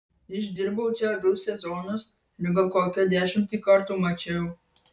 išdirbau čia du sezonus ir gal kokią dešimtį kartų mačiau